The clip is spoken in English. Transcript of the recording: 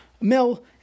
Mill